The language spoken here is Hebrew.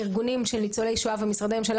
ארגונים של ניצולי שואה ומשרדי ממשלה